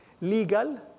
legal